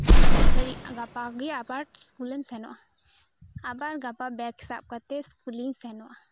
ᱟᱨ ᱢᱤᱫ ᱜᱷᱟᱹᱲᱤᱡ ᱟᱨ ᱜᱟᱯᱟᱜᱮ ᱟᱵᱟᱨ ᱥᱠᱩᱞᱮᱢ ᱥᱮᱱᱚᱜᱼᱟ ᱟᱵᱟᱨ ᱜᱟᱯᱟ ᱵᱮᱜᱽ ᱥᱟᱵ ᱠᱟᱛᱮᱫ ᱥᱠᱩᱞᱤᱧ ᱥᱮᱱᱚᱜᱼᱟ